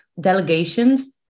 delegations